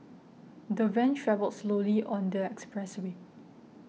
the van travelled slowly on the expressway